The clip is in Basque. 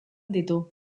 ditu